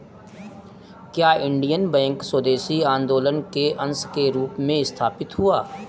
क्या Indian bank स्वदेशी आंदोलन के अंश के रूप में स्थापित हुआ?